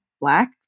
black